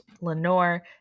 Lenore